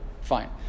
Fine